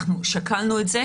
אנחנו שקלנו את זה,